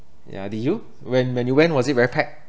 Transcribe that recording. yeah did you when when you went was it very packed